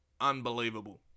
unbelievable